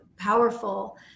powerful